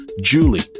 julie